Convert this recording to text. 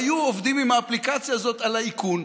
והיו עובדים עם האפליקציה הזאת על האיכון.